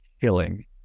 killing